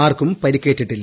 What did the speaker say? ആർക്കും പരിക്കേറ്റില്ല